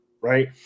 Right